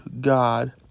God